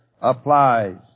applies